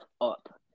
up